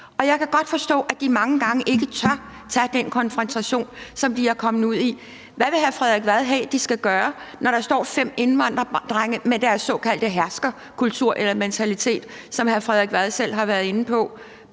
Og jeg kan godt forstå, at de mange gange ikke tør tage den konfrontation i den situation, som de er kommet ud i. Hvad vil hr. Frederik Vad have de skal gøre, når der står fem indvandrerdrenge med deres såkaldte herskerkultur eller -mentalitet, som hr. Frederik Vad selv har været inde på?